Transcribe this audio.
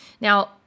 Now